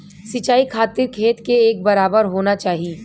सिंचाई खातिर खेत के एक बराबर होना चाही